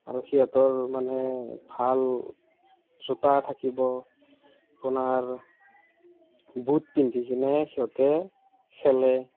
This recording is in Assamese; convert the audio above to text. আৰু সিহঁতৰ মানে ভাল জোতা থাকিব আপোনাৰ বুট পিন্ধিকেনে সিহঁতে খেলে